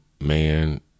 man